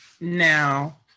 now